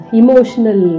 emotional